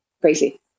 crazy